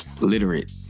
literate